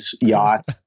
yachts